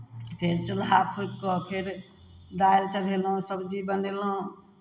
फेर चूल्हा फूँकि कऽ फेर दालि चढ़यलहुँ सबजी बनयलहुँ